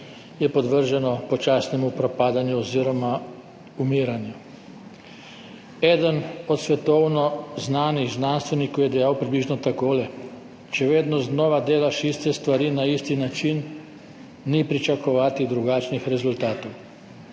je podvrženo počasnemu propadanju oziroma umiranju. Eden od svetovno znanih znanstvenikov je dejal približno takole: Če vedno znova delaš iste stvari na isti način, ni pričakovati drugačnih rezultatov.